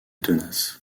tenace